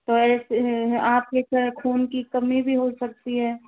ऐसे आप के क्या खून की कमी भी हो सकती है